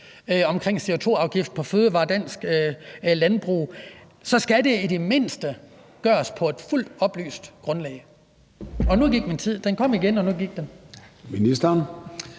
en CO2-afgift på fødevarer og dansk landbrug, så skal det i det mindste gøres på et fuldt oplyst grundlag.